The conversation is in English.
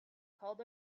called